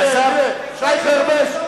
הנה, הנה, שי חרמש.